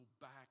back